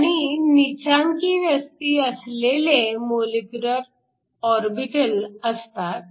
आणि नीचांकी वस्ती असलेले मोलेक्युलर ऑरबिटल असतात